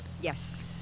Yes